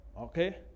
Okay